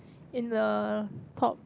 in the top